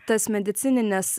tas medicinines